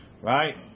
Right